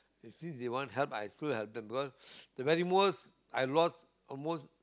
since they want help I still help them because the very most I lost almost